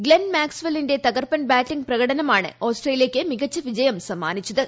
Glenn മാക്സ്വെല്ലിന്റെ തകർപ്പൻ batting പ്രകടനമാണ് ഓസ്ട്രേലിയയ്ക്ക് മികച്ച വിജയം സമ്മാനിച്ചത്